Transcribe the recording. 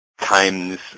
times